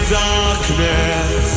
darkness